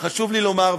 חשוב לי לומר,